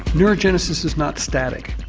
neurogenesis is not static,